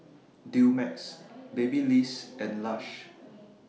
Dumex Babyliss and Lush